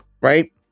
Right